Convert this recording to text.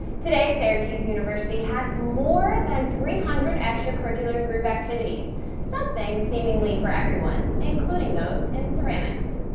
today syracuse university has more than three hundred extracurricular group activities something seemingly for everyone including those in ceramics.